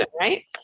right